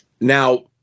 now